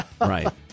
Right